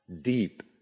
deep